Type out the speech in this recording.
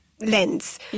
lens